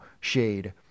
shade